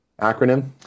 acronym